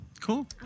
cool